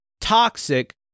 toxic